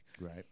right